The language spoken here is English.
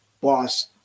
boss